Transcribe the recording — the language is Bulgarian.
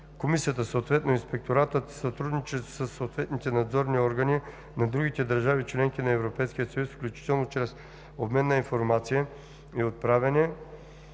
Комисията, съответно инспекторатът си сътрудничи със съответните надзорни органи на другите държави – членки на Европейския съюз, включително чрез обмен на информация и отправяне